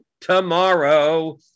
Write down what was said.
Tomorrow